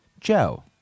Joe